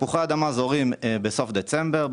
תפוחי אדמה זורעים בסוף דצמבר,